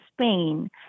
Spain